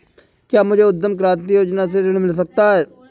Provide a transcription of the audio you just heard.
क्या मुझे उद्यम क्रांति योजना से ऋण मिल सकता है?